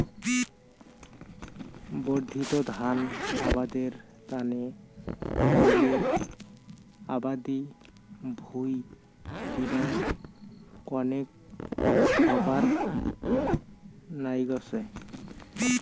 বর্ধিত ধান আবাদের তানে ডাইলের আবাদি ভুঁই দিনং কণেক হবার নাইগচে